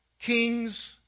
kings